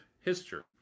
history